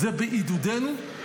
זה בעידודנו,